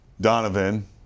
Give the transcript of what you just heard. Donovan